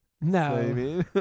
No